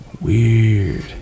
weird